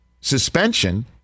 suspension